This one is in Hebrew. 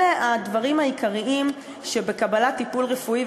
אלה הדברים העיקריים שבקבלת טיפול רפואי,